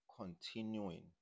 continuing